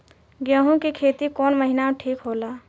गेहूं के खेती कौन महीना में ठीक होला?